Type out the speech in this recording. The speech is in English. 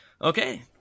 okay